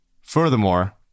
Furthermore